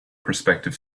prospective